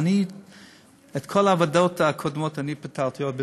את כל הוועדות אני פיטרתי עוד בתקופתי,